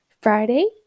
Friday